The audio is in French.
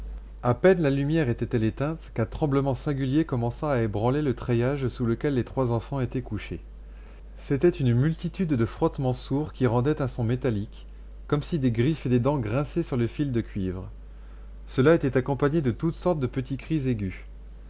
à peine la lumière était-elle éteinte qu'un tremblement singulier commença à ébranler le treillage sous lequel les trois enfants étaient couchés c'était une multitude de frottements sourds qui rendaient un son métallique comme si des griffes et des dents grinçaient sur le fil de cuivre cela était accompagné de toutes sortes de petits cris aigus